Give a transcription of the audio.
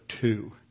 two